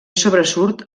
sobresurt